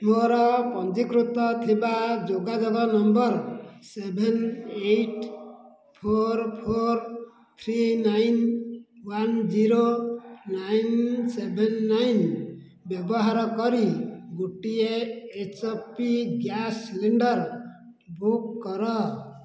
ମୋର ପଞ୍ଜୀକୃତ ଥିବା ଯୋଗାଯୋଗ number seven eight four four three nine one zero nine seven nine ବ୍ୟବାହାର କରି ଗୋଟିଏ ଏଚ୍ପି ଗ୍ୟାସ୍ ସିଲଣ୍ଡର ବୁକ୍ କର